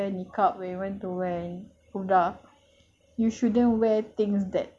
then remember mak saying you know like when you want to wear niqab when you want to wear purdah